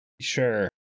Sure